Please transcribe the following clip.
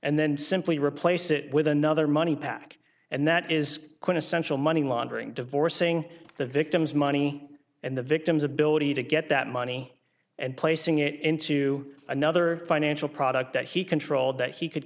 and then simply replace it with another money pack and that is quintessential money laundering divorcing the victim's money and the victim's ability to get that money and placing it into another financial product that he controlled that he could